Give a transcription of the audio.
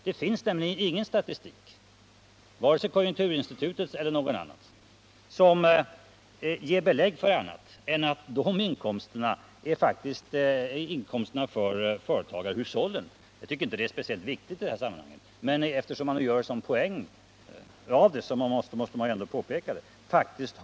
Det finns nämligen ingen statistik, varken från konjunkturinsti-- tutet eller från något annat håll, som ger belägg för annat än att företagarhushållens inkomster faktiskt har sjunkit högst avsevärt under senare år. Jag tycker inte att detta är speciellt viktigt i det här sammanhanget, men eftersom man nu gör en sådan poäng av det måste jag ändå påpeka detta.